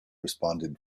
responded